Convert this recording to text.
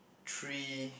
three